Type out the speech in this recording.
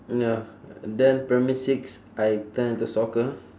ya then primary six I turn to soccer